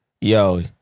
Yo